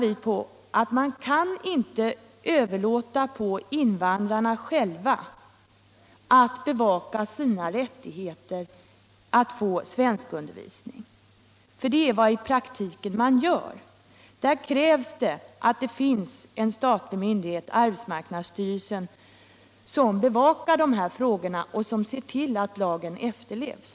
Vi menar att man inte kan överlåta åt invandrarna själva att bevaka sin rätt att få svenskundervisning, men det är i praktiken vad man gör. Här krävs det att en statlig myndighet, arbetsmarknadsstyrelsen, bevakar frågorna och ser till att lagen efterlevs.